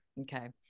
okay